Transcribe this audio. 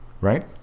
right